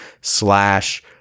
slash